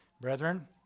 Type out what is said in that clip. Brethren